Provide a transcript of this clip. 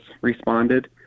responded